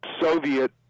Soviet